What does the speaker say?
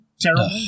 terrible